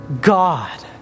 God